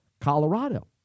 Colorado